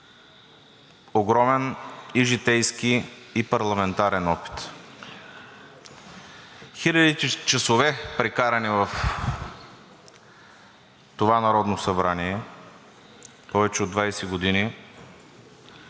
огромен и житейски, и парламентарен опит. Хилядите часове, прекарани в това Народно събрание – повече от 20 години,